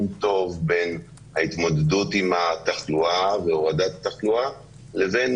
טוב בין ההתמודדות עם התחלואה והורדת רמת התחלואה לבין